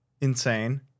insane